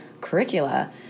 curricula